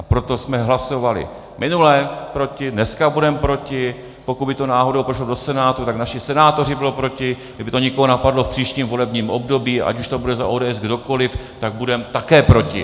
Proto jsme hlasovali minule proti, dneska budeme proti, pokud by to náhodou prošlo do Senátu, tak naši senátoři budou proti, kdyby to někoho napadlo v příštím volebním období, ať už to bude za ODS kdokoliv, tak budeme také proti.